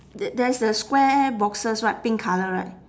there there is the square boxes right pink colour right